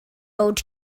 old